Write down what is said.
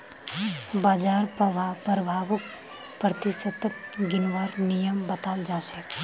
बाजार प्रभाउक प्रतिशतत गिनवार नियम बताल जा छेक